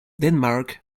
denmark